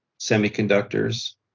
semiconductors